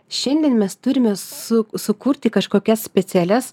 šiandien mes turime su sukurti kažkokias specialias